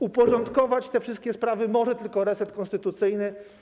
Uporządkować te wszystkie sprawy może tylko reset konstytucyjny.